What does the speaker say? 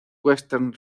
western